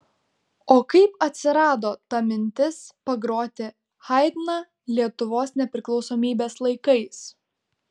o kaip atsirado ta mintis pagroti haidną lietuvos nepriklausomybės laikais